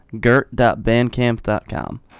gert.bandcamp.com